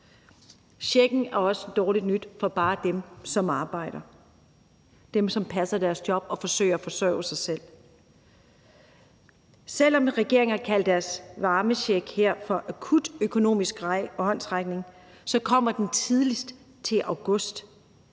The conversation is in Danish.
Checken er også dårligt nyt for dem, som arbejder, dem, som passer deres job og forsøger at forsørge sig selv. Selv om regeringen har kaldt deres varmecheck her for en akut økonomisk håndsrækning, kommer den tidligst til august.